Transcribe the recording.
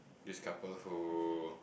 this couple who